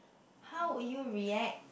how would you react